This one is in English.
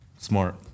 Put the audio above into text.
Smart